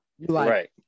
right